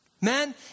Man